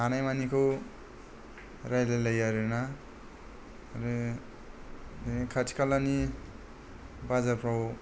हानायमानिखौ रायलाय लायो आरोना खाथि खालानि बाजारफोराव